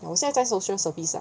我好像在 social service ah